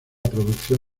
producción